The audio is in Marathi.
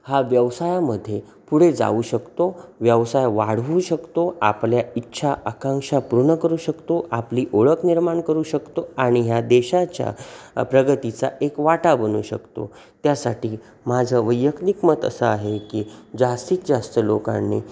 हा व्यवसायामध्ये पुढे जाऊ शकतो व्यवसाय वाढवू शकतो आपल्या इच्छा आकांक्षा पूर्ण करू शकतो आपली ओळख निर्माण करू शकतो आणि ह्या देशाच्या प्रगतीचा एक वाटा बनू शकतो त्यासाठी माझं वैयक्तिक मत असं आहे की जास्तीत जास्त लोकांनी